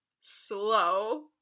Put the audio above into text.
slow